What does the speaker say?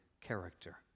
character